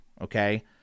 okay